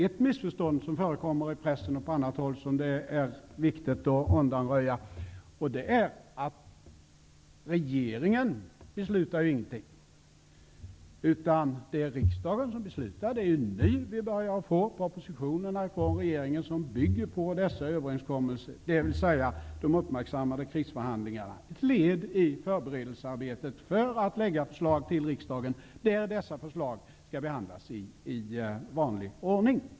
Ett missförstånd, som förekommer i pressen och på annat håll och som det är viktigt att undanröja, är att regeringen skulle besluta någonting. Det är riksdagen som beslutar. Det är nu vi börjar få propositionerna från regeringen som bygger på överenskommelserna med Socialdemokraterna, dvs. de uppmärksammade krisförhandlingarna har utgjort ett led i förberedelsearbetet för att lägga fram förslag till riksdagen, där dessa förslag skall behandlas i vanlig ordning.